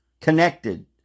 connected